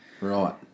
Right